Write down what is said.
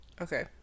Okay